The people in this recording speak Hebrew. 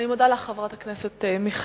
אני מודה לך, חברת הכנסת מיכאלי.